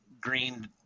green